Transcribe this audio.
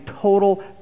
total